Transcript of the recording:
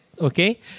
Okay